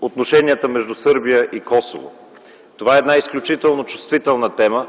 отношенията между Сърбия и Косово: това е една изключително чувствителна тема,